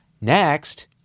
Next